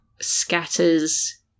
scatters